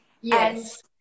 Yes